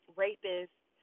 rapists